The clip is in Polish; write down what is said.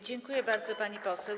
Dziękuję bardzo, pani poseł.